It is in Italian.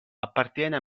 appartiene